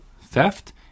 theft